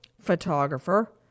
photographer